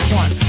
one